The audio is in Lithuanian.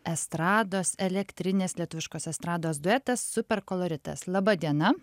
estrados elektrinės lietuviškos estrados duetas super koloritas laba diena